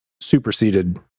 superseded